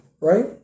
right